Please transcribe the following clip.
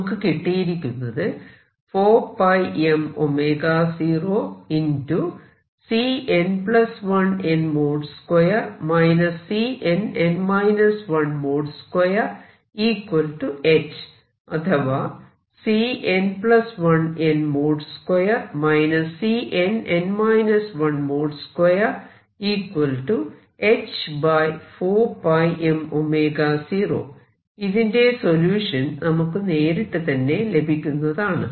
നമുക്ക് കിട്ടിയിരിക്കുന്നത് 4πm 0|Cn1n |2 |Cnn 1 |2h അഥവാ ഇതിന്റെ സൊല്യൂഷൻ നമുക്ക് നേരിട്ട് തന്നെ ലഭിക്കുന്നതാണ്